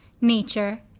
nature